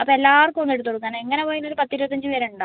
അപ്പം എല്ലാവർക്കും ഒന്ന് എടുത്ത് കൊടുക്കാൻ എങ്ങനെ പോയാലും ഒരു പത്ത് ഇരുപത്തിയഞ്ച് പേർ ഉണ്ടാവും